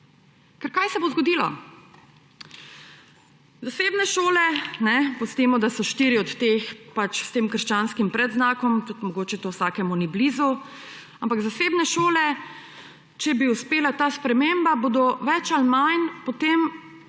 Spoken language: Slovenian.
Ker, kaj se bo zgodilo? Zasebne šole, pustimo, da so štiri od teh s tem krščanskim predznakom, tudi mogoče to vsakemu ni blizu, ampak zasebne šole, če bi uspela ta sprememba, bodo več ali manj potem postale